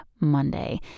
Monday